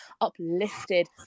uplifted